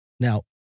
Now